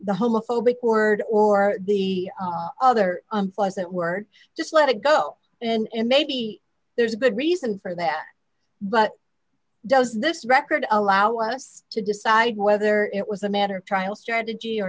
the homophobic word or the other unpleasant word just let it go and maybe there's a good reason for that but does this record allow us to decide whether it was a matter of trial strategy or